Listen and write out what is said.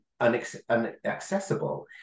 unaccessible